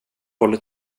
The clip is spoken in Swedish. håller